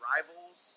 Rivals